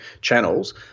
channels